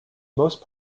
most